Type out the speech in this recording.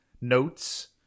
notes